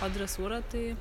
o dresūra tai